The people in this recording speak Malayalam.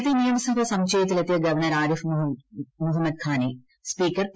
നേരത്തെ നിയമസഭ സമുച്ചയത്തിലെത്തിയ ഗവർണ്ണർആരിഫ് മുഹമ്മദ് ഖാനെ സ്പീക്കർ പി